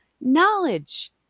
knowledge